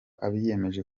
abiyemeje